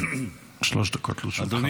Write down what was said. שלוש דקות לרשותך.